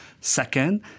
Second